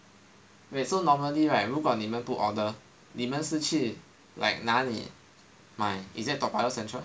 wait so normally right 如果你们不 order 你们是去哪里买 is it Toa Payoh central